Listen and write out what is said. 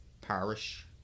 Parish